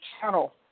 channel